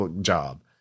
job